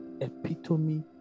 epitome